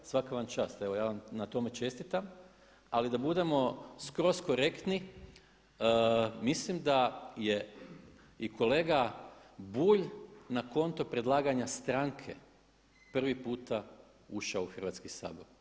Svaka vam čast, evo ja vam na tome čestitam, ali da budemo skroz korektni mislim da je i kolega Bulj na konto predlaganja stranke prvi puta ušao u Hrvatski sabor.